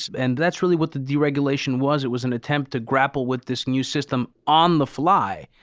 and that's really what the deregulation was. it was an attempt to grapple with this new system on the fly.